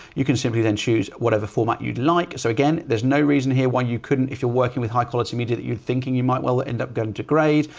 you can simply then choose whatever format you'd like. so again, there's no reason here why you couldn't if you're working with high quality media that you'd thinking you might well end up going to grade,